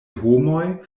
homoj